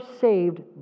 saved